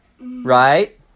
Right